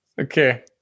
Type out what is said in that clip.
okay